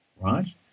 right